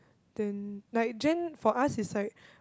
then like Gen for us is like